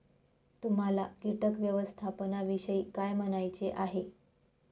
तुम्हाला किटक व्यवस्थापनाविषयी काय म्हणायचे आहे?